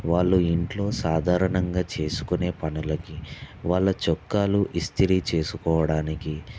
వాళ్ళ ఇంట్లో సాధారణంగా చేసుకునే పనులకి వాళ్ళ చొక్కాలు ఇస్త్రీ చేసుకోడానికి